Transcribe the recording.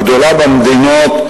הגדולה במדינות,